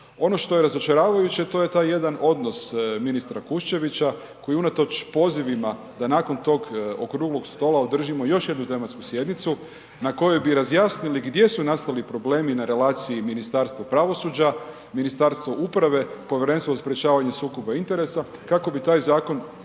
Ono što je razočaravajuće to je taj jedan odnos ministra Kušćevića, koji je unatoč pozivima, da nakon tog okruglog stola održimo još jednu tematsku sjednicu, na kojoj bi razjasnili, gdje su nastali problemi na relaciji Ministarstva pravosuđa, Ministarstva uprave, Povjerenstva za sprječavanje sukoba interesa, kako bi taj zakon,